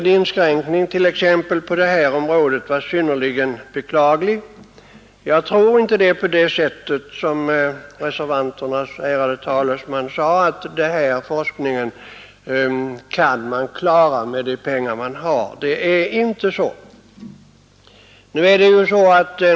En inskränkning på detta område skulle därför vara synnerligen beklaglig. Jag tror inte att det är så, som reservanternas ärade talesman sade, att den forskning det här gäller kan klaras med de pengar som redan finns.